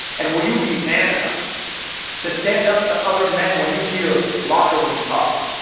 and will you be man enough to stand up to other men when you hear locker room talk,